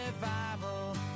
revival